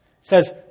says